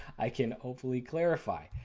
i can hopefully carefully.